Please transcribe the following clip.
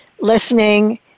listening